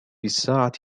الساعة